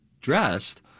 dressed